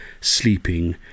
sleeping